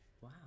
wow